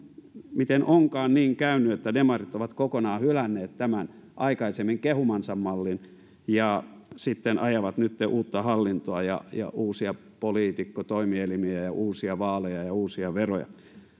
miten onkaan niin käynyt että demarit ovat kokonaan hylänneet tämän aikaisemmin kehumansa mallin ja ajavat nytten uutta hallintoa ja ja uusia poliitikkotoimielimiä ja ja uusia vaaleja ja uusia veroja